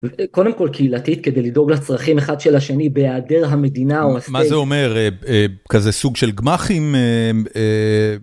קודם כל קהילתית כדי לדאוג לצרכים אחד של השני בהיעדר המדינה, מה זה אומר כזה סוג של גמ"חים?